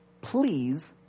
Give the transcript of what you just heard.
please